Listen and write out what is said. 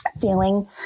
feeling